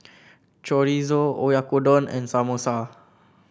Chorizo Oyakodon and Samosa